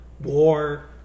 war